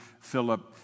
Philip